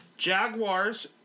jaguars